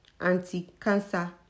anti-cancer